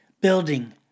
building